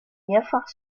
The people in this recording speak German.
mehrfach